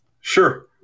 Sure